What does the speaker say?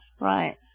Right